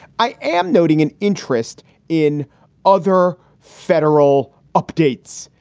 i am noting an interest in other federal updates.